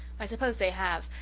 i suppose they have,